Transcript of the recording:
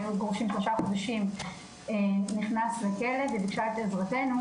הם היו גרושים שלושה חודשים והיא ביקשה את עזרתנו,